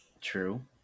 True